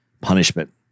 punishment